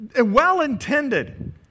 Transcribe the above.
Well-intended